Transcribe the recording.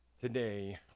today